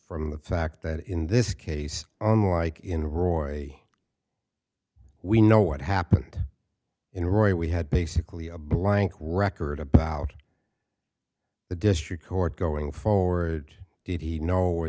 from the fact that in this case unlike in roy we know what happened in roy we had basically a blank record about the district court going forward did he know or